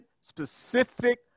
specific